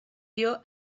dio